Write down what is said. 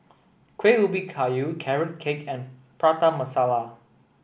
Kueh Ubi Kayu carrot cake and Prata Masala